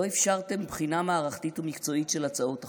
לא אפשרתם בחינה מערכתית ומקצועית של הצעות החוק,